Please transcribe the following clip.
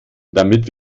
damit